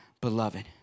beloved